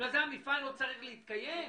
בגלל זה המפעל לא צריך להתקיים?